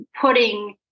putting